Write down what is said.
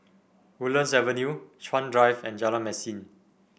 Woodlands Avenue Chuan Drive and Jalan Mesin